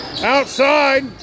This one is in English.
outside